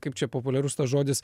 kaip čia populiarus tas žodis